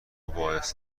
باعث